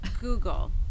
Google